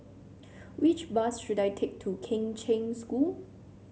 which bus should I take to Kheng Cheng School